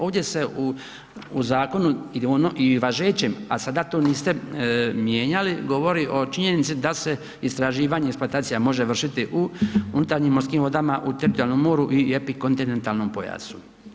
Ovdje se u zakonu i važećem, a sada to niste mijenjali, govori o činjenici da se istraživanje i eksploatacija može vršiti u unutarnjim morskim vodama, u teritorijalnom moru i epikontinentalnom pojasu.